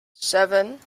seven